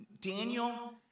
Daniel